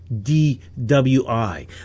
DWI